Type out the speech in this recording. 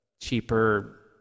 cheaper